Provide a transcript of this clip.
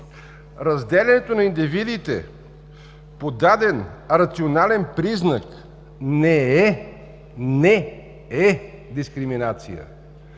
„разделянето на индивидите по даден рационален признак не е, не е дискриминация!“